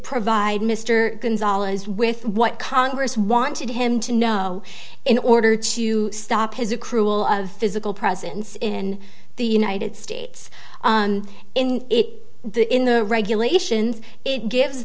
provide mr gonzalez with what congress wanted him to know in order to stop his a cruel of physical presence in the united states in the in the regulations it gives